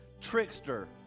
trickster